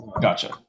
Gotcha